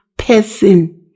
person